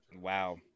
wow